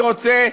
אני רוצה,